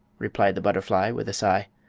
replied the butterfly, with a sigh.